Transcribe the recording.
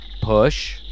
push